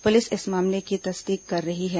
police इस मामले की तस्दीक कर रही है